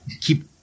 keep